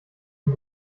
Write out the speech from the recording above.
ihm